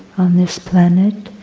on this planet,